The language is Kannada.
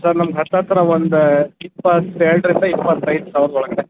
ಸರ್ ನಮ್ಗ ಹತ್ತತ್ರ ಒಂದಾ ಇಪ್ಪತ್ತು ಎರಡರಿಂದ ಇಪ್ಪತೈದು ಸಾವಿರದ ಒಳಗಡೆ